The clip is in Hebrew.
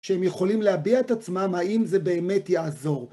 שהם יכולים להביע את עצמם האם זה באמת יעזור